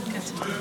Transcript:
כנסת נכבדה,